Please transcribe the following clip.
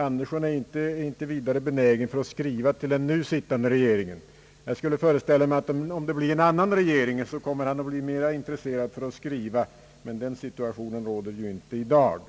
han är inte vidare benägen att skriva till den nu sittande regeringen. Jag föreställer mig att han skulle vara mera intresserad av att skriva, om vi får en annan regering, men den situationen är ju inte för handen i dag.